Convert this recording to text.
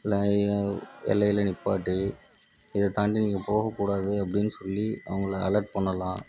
இல்லை இய எல்லையில் நிப்பாட்டி இதைத் தாண்டி நீங்கள் போகக்கூடாது அப்படின்னு சொல்லி அவங்கள அலர்ட் பண்ணலாம்